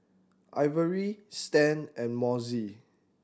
Ivory Stan and Mossie